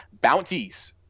Bounties